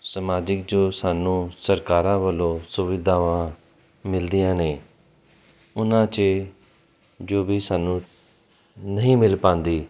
ਸਮਾਜਿਕ ਜੋ ਸਾਨੂੰ ਸਰਕਾਰਾਂ ਵੱਲੋਂ ਸੁਵਿਧਾਵਾਂ ਮਿਲਦੀਆਂ ਨੇ ਉਨਾਂ 'ਚ ਜੋ ਵੀ ਸਾਨੂੰ ਨਹੀਂ ਮਿਲ ਪਾਉਂਦੀ